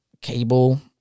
cable